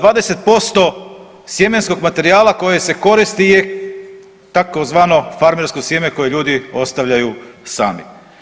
20% sjemenskog materijala koje se koristi je tzv. farmersko sjeme koje ljudi ostavljaju sami.